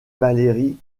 valerie